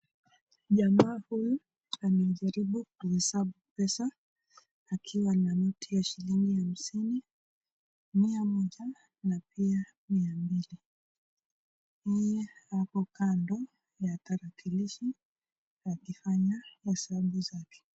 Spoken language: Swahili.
Jamaa huyu anajaribu kuhesabu pesa akiwa na noti ya shilingi hamsini, mia moja na pia mia mbili. Yeye ako kando ya tarakilishi akifanya hesabu zake.